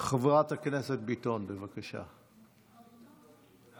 חברת הכנסת ביטון, בבקשה, טלי?